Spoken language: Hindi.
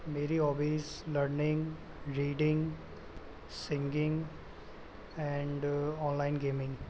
मेरी hobbies learning reading singing and online gaming